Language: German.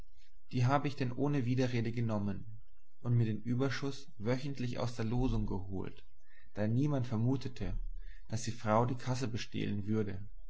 die habe ich denn ohne widerrede genommen und mir den überschuß wöchentlich aus der losung geholt da niemand vermutete daß die frau die kasse bestehlen würde